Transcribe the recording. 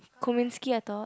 Kozminski I thought